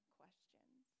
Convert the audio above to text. questions